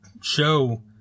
show